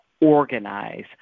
organize